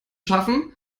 schaffen